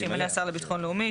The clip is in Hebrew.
שימנה השר לביטחון לאומי,